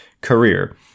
career